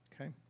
Okay